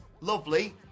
Lovely